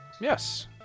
Yes